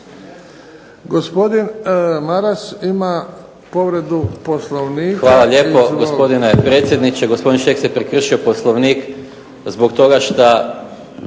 Hvala lijepo gospodine predsjedniče. Gosopdin Šeks je prekršio Poslovnik zbog toga šta